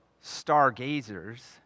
stargazers